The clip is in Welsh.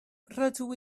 rydw